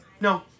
no